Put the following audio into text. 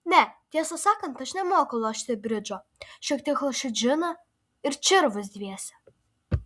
ne tiesą sakant aš nemoku lošti bridžo šiek tiek lošiu džiną ir čirvus dviese